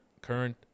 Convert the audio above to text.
current